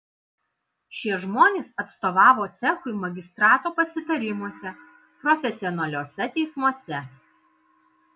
šie žmonės atstovavo cechui magistrato pasitarimuose profesionaliuose teismuose